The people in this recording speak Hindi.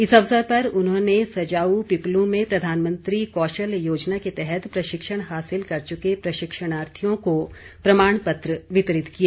इस अवसर पर उन्होंने सजाऊ पिपलू में प्रधानमंत्री कौशल योजना के तहत प्रशिक्षण हासिल कर चुके प्रशिक्षणार्थियों को प्रमाणपत्र वितरित किए